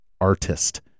artist